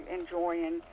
enjoying